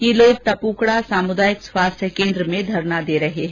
ये लोग टप्कड़ा सामुदायिक स्वास्थ्य केन्द्र में धरना दे रहे हैं